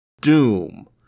Doom